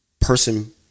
person